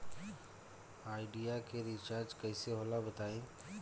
Idea के recharge कइसे होला बताई?